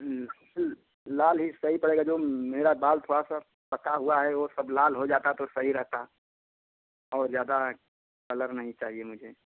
लाल ही सही पड़ेगा जो मेरा बाल थोड़ा सा पका हुआ है और सब लाल हो जाता तो सही रहता और ज्यादा कलर नहीं चाहिए मुझे